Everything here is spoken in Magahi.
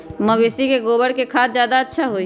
मवेसी के गोबर के खाद ज्यादा अच्छा होई?